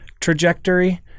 trajectory